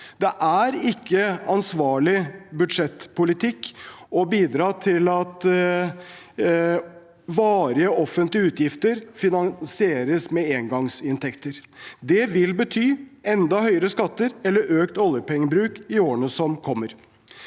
Det er ikke ansvarlig budsjettpolitikk å bidra til at varige offentlige utgifter finansieres med engangsinntekter. Det vil bety enda høyere skatter eller økt oljepengebruk i årene som kommer.